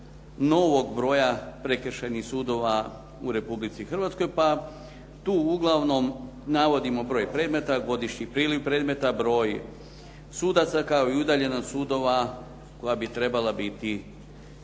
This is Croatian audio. novog broja prekršajnih sudova u Republici Hrvatskoj pa tu uglavnom navodimo broj predmeta, godišnji priliv predmeta, broj sudaca kao i udaljenost sudova koja bi trebala biti